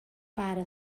para